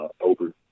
Over